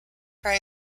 for